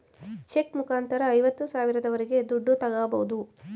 check ಮುಖಾಂತರ ಐವತ್ತು ಸಾವಿರದವರೆಗೆ ದುಡ್ಡು ತಾಗೋಬೋದು